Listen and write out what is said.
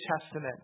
Testament